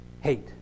hate